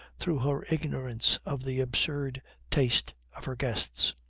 through her ignorance of the absurd taste of her guests.